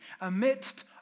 amidst